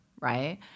right